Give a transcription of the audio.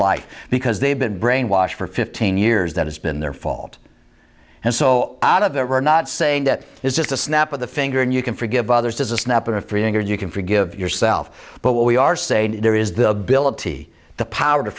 life because they've been brainwashed for fifteen years that it's been their fault and so out of there are not saying that is just a snap of the finger and you can forgive others as a snap of freeing or you can forgive yourself but what we are saying there is the ability the power to